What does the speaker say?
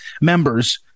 members